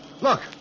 look